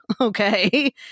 okay